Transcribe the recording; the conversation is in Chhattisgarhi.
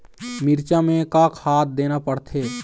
मिरचा मे का खाद देना पड़थे?